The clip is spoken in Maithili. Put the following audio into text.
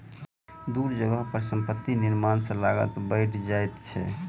दूर जगह पर संपत्ति निर्माण सॅ लागत बैढ़ जाइ छै